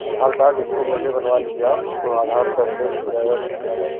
आधार card उसको पहले बनवा लीजिए आप तो आधार से अपडेट हो जाएगा तो होता रहेगा